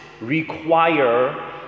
require